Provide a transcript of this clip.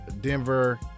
Denver